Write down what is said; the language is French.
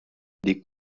des